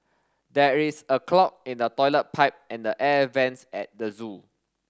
there is a clog in the toilet pipe and the air vents at the zoo